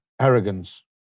arrogance